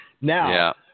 Now